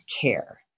care